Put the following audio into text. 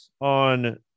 on